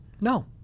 No